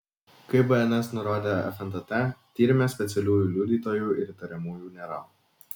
kaip bns nurodė fntt tyrime specialiųjų liudytojų ir įtariamųjų nėra